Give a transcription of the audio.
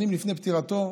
שנים לפני פטירתו,